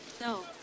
No